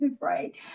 Right